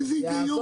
איזה היגיון?